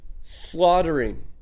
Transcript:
Slaughtering